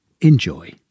Enjoy